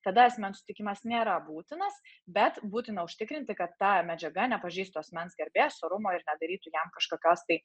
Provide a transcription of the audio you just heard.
tada asmens sutikimas nėra būtinas bet būtina užtikrinti kad ta medžiaga nepažeistų asmens garbės orumo ir nedarytų jam kažkokios tai